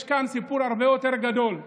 אבל יש כאן סיפור הרבה יותר גדול,